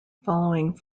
following